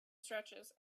stretches